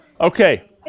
Okay